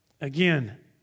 Again